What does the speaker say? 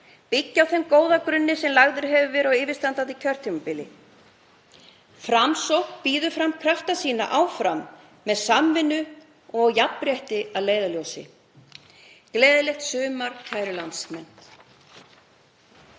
byggja á þeim góða grunni sem lagður hefur verið á yfirstandandi kjörtímabili. Framsókn býður sína krafta okkar áfram með samvinnu og jafnrétti að leiðarljósi. — Gleðilegt sumar, kæru landsmenn.